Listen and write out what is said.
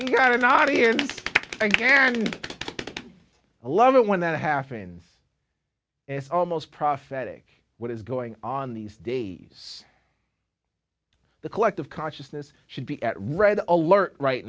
you got a not here again i love it when that happens it's almost prosthetic what is going on these days the collective consciousness should be at red alert right